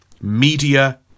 Media